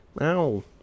ow